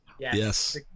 yes